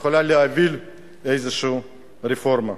יכולה להוביל איזושהי רפורמה.